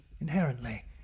Inherently